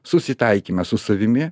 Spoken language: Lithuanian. susitaikyme su savimi